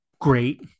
great